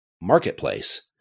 marketplace